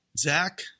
Zach